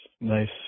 Nice